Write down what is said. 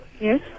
Yes